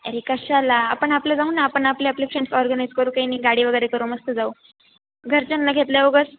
अरे कशाला आपलं जाऊ ना आपण आपले आपले फ्रेंडस् ऑर्गनाईज करू काही नाही गाडी वगैरे करू मस्त जाऊ घरच्यांना घेतल्या वगस